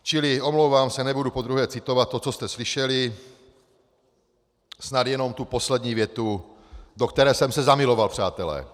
Čili omlouvám se, nebudu podruhé citovat to, co jste slyšeli, snad jenom tu poslední větu, do které jsem se zamiloval, přátelé.